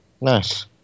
Nice